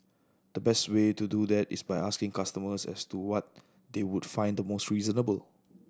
the best way to do that is by asking customers as to what they would find the most reasonable